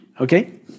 Okay